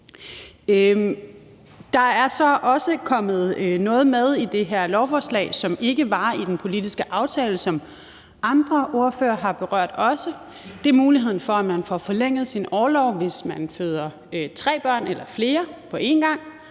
Der er så også kommet noget med i det her lovforslag, som ikke var i den politiske aftale, som andre ordførere også har berørt. Det er muligheden for, at man får forlænget sin orlov, hvis man føder tre børn eller flere på én gang,